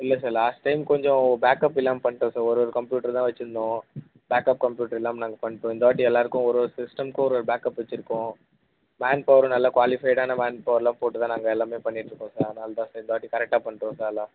இல்லை sir last time கொஞ்சம் backup இல்லாமல் பண்ணிவிட்டோம் சார் ஒரு ஒரு கம்யூட்டர் தான் வச்சுருந்தோம் பேக்கப் கம்ப்யூட்டர் இல்லாமல் நாங்கள் பண்ணிகிட்டுருந்தோம் இந்த வாட்டி எல்லாேருக்கும் ஒரு சிஸ்டமுக்கும் ஒரு ஒரு பேக்கப் வச்சுருந்தோம் மேன் பவரும் நல்லா குவாலிஃபைடான மேன் பவரெலாம் போட்டு தான் நாங்கள் எல்லாமே பண்ணிகிட்டிருக்கோம் சார் அதனால தான் சார் இந்த வாட்டி கரெக்டாக பண்ணிட்டோம் சார் எல்லாம்